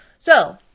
so,